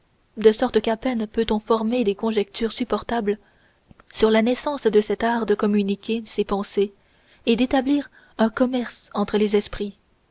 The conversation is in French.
de sorte qu'à peine peut-on former des conjectures supportables sur la naissance de cet art de communiquer ses pensées et d'établir un commerce entre les esprits